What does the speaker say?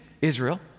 Israel